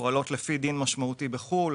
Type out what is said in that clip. פועלות לפי דין משמעותי בחו"ל,